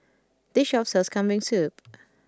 this shop sells Kambing Soup